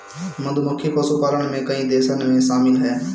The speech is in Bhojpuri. मधुमक्खी पशुपालन में कई देशन में शामिल ह